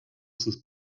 sus